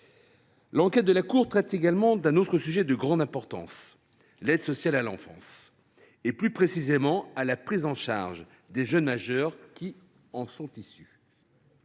L’enquête de la Cour traite également d’un autre sujet de grande importance : l’aide sociale à l’enfance et, plus précisément, la prise en charge des jeunes majeurs qui en sont issus.